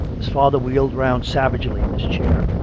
his father wheeled round savagely in his chair.